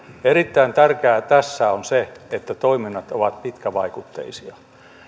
erittäin tärkeää tässä on se että toiminnat ovat pitkävaikutteisia